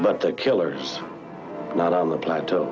but the killers not on the plateau